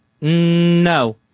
No